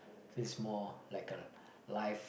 is more like a live